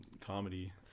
comedy